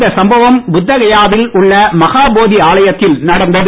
இந்த சம்பவம் புத்த கயாவில் உள்ள மகா போதி ஆலயத்தில் நடந்தது